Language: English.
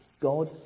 God